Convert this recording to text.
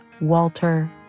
Walter